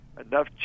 enough